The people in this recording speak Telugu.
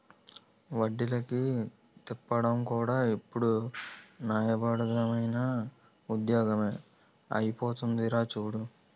వడ్డీలకి తిప్పడం కూడా ఇప్పుడు న్యాయబద్దమైన ఉద్యోగమే అయిపోందిరా చూడు